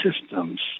systems